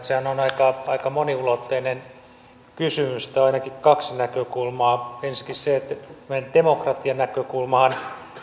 sehän on aika aika moniulotteinen kysymys siinä on ainakin kaksi näkökulmaa ensinnäkin meidän demokratianäkökulmahan